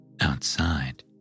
Outside